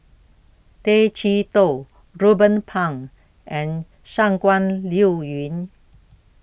Tay Chee Toh Ruben Pang and Shangguan Liuyun